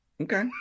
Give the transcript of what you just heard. Okay